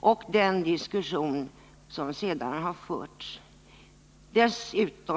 och den diskussion som sedan har förts i utskottet.